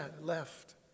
left